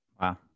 Wow